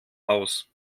aus